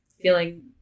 feeling